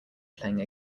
playing